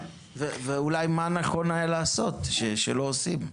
ואולי מה נכון היה לעשות, שלא עושים.